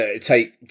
take